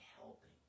helping